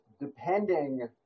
depending